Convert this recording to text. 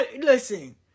Listen